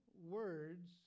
words